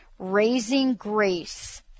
Raisinggrace